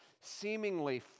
seemingly